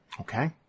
Okay